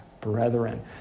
brethren